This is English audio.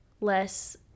less